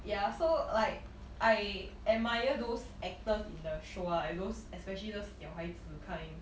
ya so like I admire those actors in the show ah like those especially those 小孩子 kind